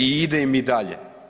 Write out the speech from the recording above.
I ide im i dalje.